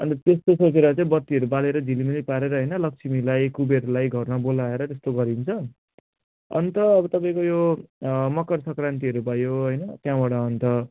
अन्त त्यस्तो सोचेर चाहिँ बत्तीहरू बालेर झिलिमिली पारेर होइन लक्ष्मीलाई कुबेरलाई घरमा बोलाएर त्यस्तो गरिन्छ अन्त अब तपाईँको यो मकर सङ्क्रान्तिहरू भयो होइन त्यहाँबाट अन्त